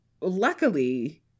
luckily